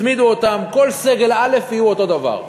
תצמידו אותם, כל סגל א' יהיו אותו דבר,